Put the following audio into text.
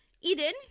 Eden